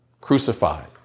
crucified